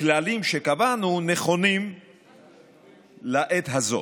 כללים שקבענו נכונים לעת הזו.